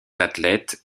athlètes